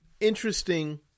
interesting